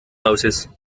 houses